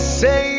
say